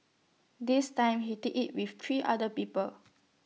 this time he did IT with three other people